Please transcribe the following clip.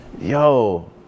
yo